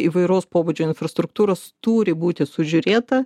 įvairaus pobūdžio infrastruktūros turi būti sužiūrėta